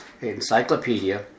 Encyclopedia